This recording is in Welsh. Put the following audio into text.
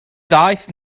ddaeth